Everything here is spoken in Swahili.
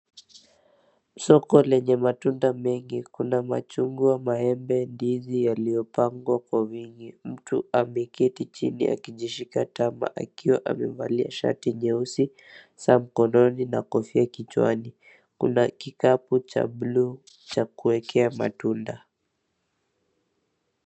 Soko lenye matunda mengi. Kuna machungwa, maembe, ndizi yaliopangwa kwa wingi. Mtu ameketi chini akijishika tama akiwa amevalia shati nyeusi, saa mkononi na kofia kichwani. Kuna kikapu cha buluu cha kuekea matunda.